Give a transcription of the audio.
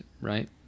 right